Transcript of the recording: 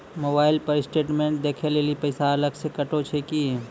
Mobile पर statement देखे लेली पैसा अलग से कतो छै की?